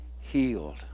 healed